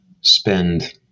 spend